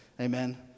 Amen